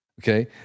Okay